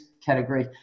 category